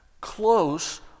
close